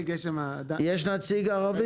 יש נציג ערבי?